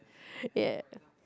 ya